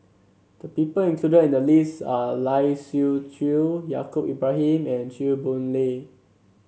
the people included in the list are Lai Siu Chiu Yaacob Ibrahim and Chew Boon Lay